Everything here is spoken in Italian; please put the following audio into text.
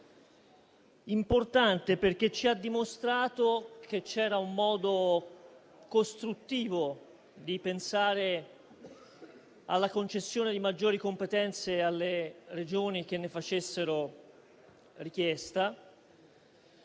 importante, perché ci ha dimostrato che c'era un modo costruttivo di pensare alla concessione di maggiori competenze alle Regioni che ne facessero richiesta;